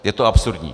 Je to absurdní.